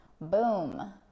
Boom